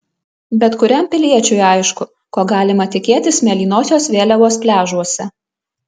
bet kuriam piliečiui aišku ko galima tikėtis mėlynosios vėliavos pliažuose